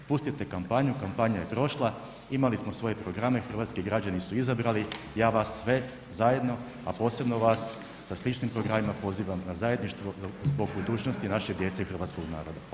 Pustite kampanju, kampanja je prošla, imali smo svoje programe, hrvatski građani su izabrali, ja vas sve zajedno, a posebno vas sa sličnim programima pozivam na zajedništvo zbog budućnosti naše djece i hrvatskog naroda, hvala lijepo.